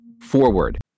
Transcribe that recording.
Forward